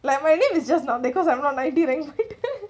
like my name is just not because I'm not ninety rank